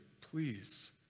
please